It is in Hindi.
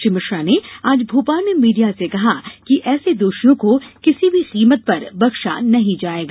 श्री मिश्रा ने आज भोपाल में मीडिया से कहा कि ऐसे दोषियों को किसी भी कीमत पर बख्शा नहीं जाएगा